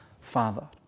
father